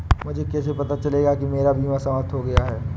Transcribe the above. मुझे कैसे पता चलेगा कि मेरा बीमा समाप्त हो गया है?